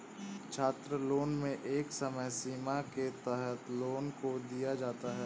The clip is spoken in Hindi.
छात्रलोन में एक समय सीमा के तहत लोन को दिया जाता है